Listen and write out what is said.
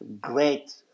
great